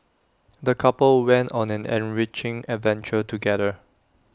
the couple went on an enriching adventure together